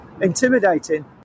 intimidating